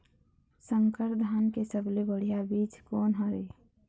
संकर धान के सबले बढ़िया बीज कोन हर ये?